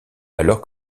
alors